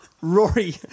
Rory